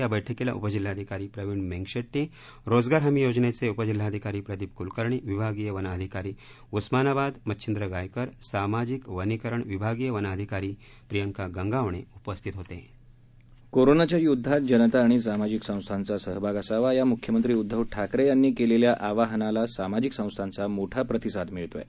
या बैठकीला उपजिल्हाधिकारी प्रवीण मेंगशेट्टी रोजगार हमी योजनेचे उपजिल्हाधिकारी प्रदीप कुलकर्णी विभागीय वन अधिकारी उस्मानाबाद मछिद्रं गायकर सामाजिक वनीकरण विभागीय वन अधिकारी प्रियंका गंगावणेउपस्थित होते करोनाच्या युद्वात जनता आणि सामाजिक संस्थाचा सहभाग असावा या मुख्यमंत्री उद्दव ठाकरे यांनी केलेल्या आवाहनाला सामाजिक संस्थांचा मोठा प्रतिसाद लाभत आहे